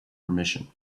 permission